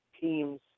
teams